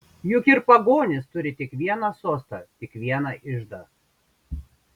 juk ir pagonys turi tik vieną sostą tik vieną iždą